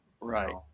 Right